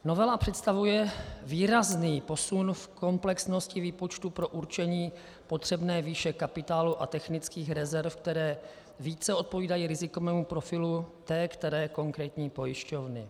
Novela představuje výrazný posun v komplexnosti výpočtu pro určení potřebné výše kapitálu a technických rezerv, které více odpovídají rizikovému profilu té které konkrétní pojišťovny.